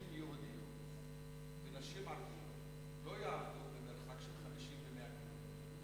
נשים יהודיות ונשים ערביות לא יעבדו במרחק של 50 ק"מ.